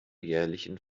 jährlichen